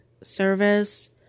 service